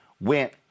went